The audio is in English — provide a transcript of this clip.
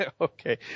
Okay